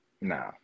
no